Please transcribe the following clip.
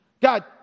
God